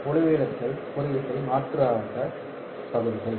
ஒளிவிலகல் குறியீட்டை மாற்றுவதற்காக பகுதிகள்